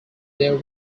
there